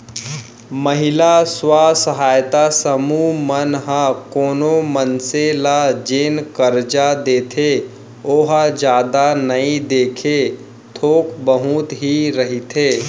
महिला स्व सहायता समूह मन ह कोनो मनसे ल जेन करजा देथे ओहा जादा नइ देके थोक बहुत ही रहिथे